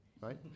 right